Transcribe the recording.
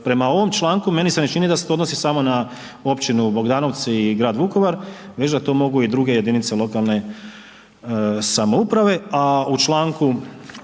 prema ovom članku meni se ne čini da se to odnosi samo na općinu Bogdanovci i grad Vukovar već da to mogu i druge jedinice lokalne samouprave, a u čl.